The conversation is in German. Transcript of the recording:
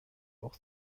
auch